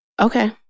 Okay